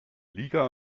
liga